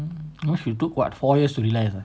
no she took what four years to realise lah